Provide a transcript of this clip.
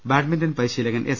badminton പരിശീലകൻ S